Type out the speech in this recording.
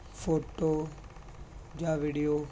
photo ਜਾਂ video